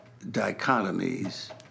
dichotomies